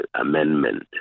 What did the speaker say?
amendment